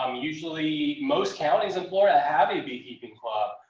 um usually most counties in florida, have a beekeeping club.